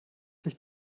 dich